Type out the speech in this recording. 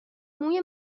موی